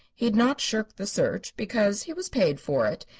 he had not shirked the search, because he was paid for it,